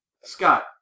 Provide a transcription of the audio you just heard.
Scott